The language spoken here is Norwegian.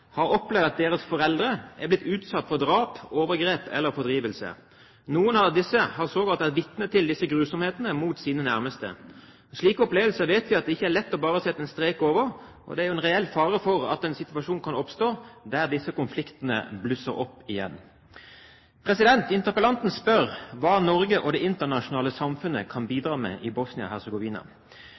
har opplevd at deres foreldre er blitt utsatt for drap, overgrep eller fordrivelse. Noen av disse har sågar vært vitne til disse grusomhetene mot sine nærmeste. Slike opplevelser vet vi at det ikke bare er lett å sette en strek over. Det er en reell fare for at en situasjon kan oppstå, der disse konfliktene blusser opp igjen. Interpellanten spør hva Norge og det internasjonale samfunnet kan bidra med i